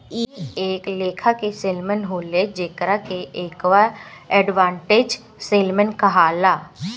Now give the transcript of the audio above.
इ एक लेखा के सैल्मन होले जेकरा के एक्वा एडवांटेज सैल्मन कहाला